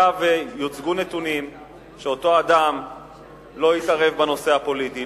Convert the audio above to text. היה ויוצגו נתונים שאותו אדם לא התערב בנושא הפוליטי,